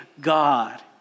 God